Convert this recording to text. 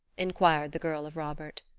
inquired the girl of robert.